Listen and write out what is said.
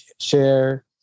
share